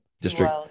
district